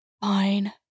Fine